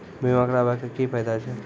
बीमा कराबै के की फायदा छै?